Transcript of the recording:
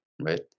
right